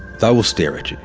they will stare at